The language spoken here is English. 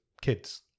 kids